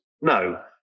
No